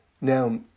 Now